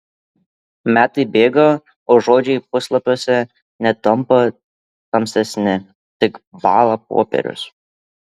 metai bėga o žodžiai puslapiuose netampa tamsesni tik bąla popierius